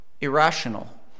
irrational